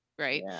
Right